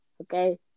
Okay